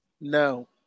No